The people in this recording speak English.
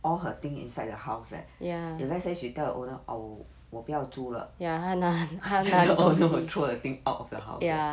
all her things inside the house leh if let's say she tell her owner orh 我不要租了 then owner will throw the thing out of the house [what]